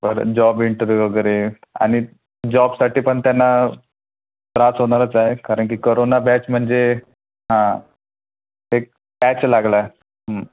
परत job interview वगैरे आणि जॉबसाठी पण त्यांना त्रास होणारच आहे कारण की करोना बॅच म्हणजे हां एक पॅच लागला आहे